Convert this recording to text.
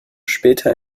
später